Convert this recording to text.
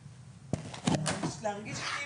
הממשלה,